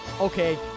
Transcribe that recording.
okay